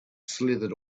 slithered